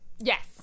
Yes